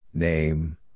Name